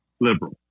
liberal